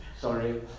Sorry